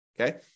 Okay